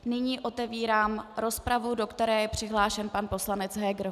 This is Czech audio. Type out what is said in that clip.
Nyní otevírám rozpravu, do které je přihlášen pan poslanec Heger.